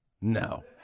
no